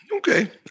okay